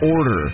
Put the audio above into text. order